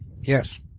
yes